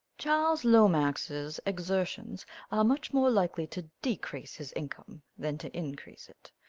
charles lomax's exertions are much more likely to decrease his income than to increase it.